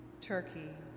Turkey